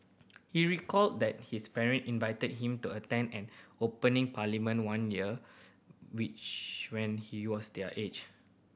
he recalled that his parent invited him to attend an opening Parliament one year which when he was their age